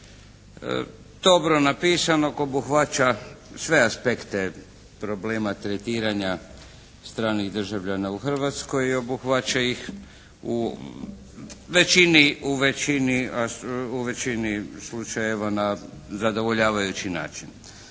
Dobro napisanog, obuhvaća sve aspekte problema tretiranja stranih državljana u Hrvatskoj i obuhvaća ih u većini slučajeva na zadovoljavajući način.